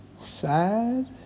sad